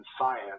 science